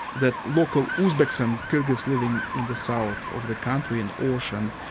that local uzbeks and kyrgyz living in the south of the country in osh and